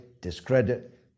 discredit